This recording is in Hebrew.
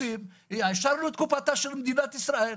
העשרנו את קופתה של מדינת ישראל,